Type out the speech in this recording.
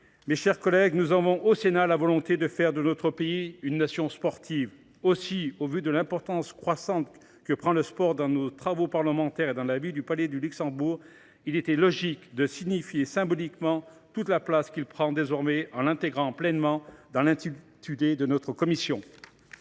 mes chers collègues, nous avons, au Sénat, la volonté de faire de notre pays une « nation sportive ». Aussi, au vu de l’importance croissante que prend le sport dans nos travaux parlementaires et dans la vie du Palais du Luxembourg, il était logique de signifier symboliquement toute la place qu’il prend désormais, en l’intégrant pleinement dans l’intitulé de notre commission.